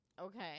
Okay